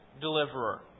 deliverer